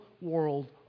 world